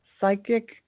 psychic